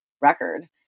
record